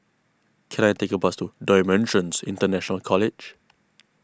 can I take a bus to Dimensions International College